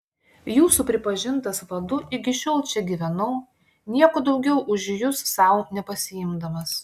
jūsų pripažintas vadu iki šiol čia gyvenau nieko daugiau už jus sau nepasiimdamas